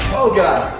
oh god.